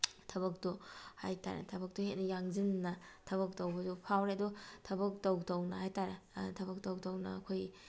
ꯊꯕꯛꯇꯣ ꯍꯥꯏꯇꯥꯔꯦ ꯊꯕꯛꯇꯣ ꯍꯦꯟꯅ ꯌꯥꯡꯁꯤꯟꯅ ꯊꯕꯛ ꯇꯧꯕꯁꯨ ꯐꯥꯎꯔꯦ ꯑꯗꯨꯒ ꯊꯕꯛ ꯇꯧ ꯇꯧꯅ ꯍꯥꯏꯇꯥꯔꯦ ꯊꯕꯛ ꯇꯧ ꯇꯧꯅ ꯑꯩꯈꯣꯏ